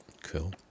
Cool